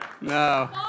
No